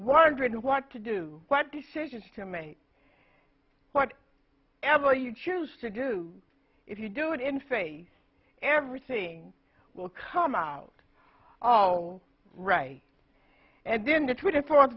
wondering what to do what decisions to make what ever you choose to do if you do it in face everything will come out oh right and then the twenty fourth